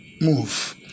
move